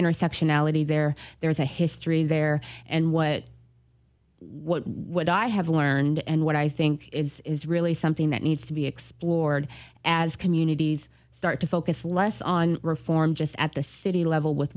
intersection ality there there's a history there and what what i have learned and what i think is really something that needs to be explored as communities start to focus less on reform just at the city level with